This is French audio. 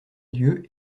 lieux